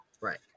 Right